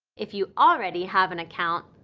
if you already have an account,